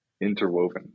interwoven